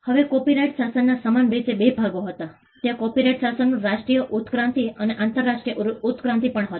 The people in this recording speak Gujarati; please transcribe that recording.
હવે કોપિરાઇટ શાસનના સમાન રીતે બે ભાગો હતા ત્યાં કોપિરાઇટ શાસનનું રાષ્ટ્રીય ઉત્ક્રાંતિ અને આંતરરાષ્ટ્રીય ઉત્ક્રાંતિ પણ હતી